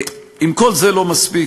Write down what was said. אם כל זה לא מספיק,